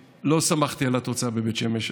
שמחתי על התוצאה בבית שמש.